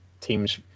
teams